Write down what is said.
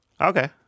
Okay